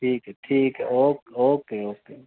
ਠੀਕ ਹੈ ਠੀਕ ਹੈ ਓ ਓਕੇ ਓਕੇ